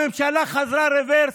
הממשלה חזרה רוורס,